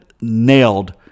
nailed